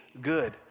good